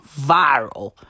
viral